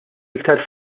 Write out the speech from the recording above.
iktar